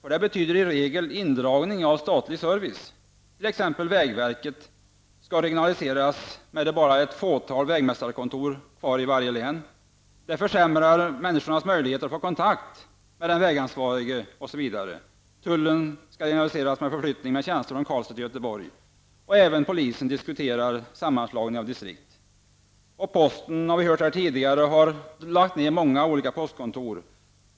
Detta betyder i regel indragning av statlig service, t.ex. vägverket som skall regionaliseras med ett fåtal vägmästarkontor kvar i varje län. Det försämrar människornas möjligheter att få kontakt med den vägansvarige osv. Tullen skall också regionaliseras med förflyttning av tjänster från Karlstad till Göteborg. Även polisen diskuterar sammanslagning av distrikt. Posten har, som vi hört här tidigare, lagt ner många postkontor.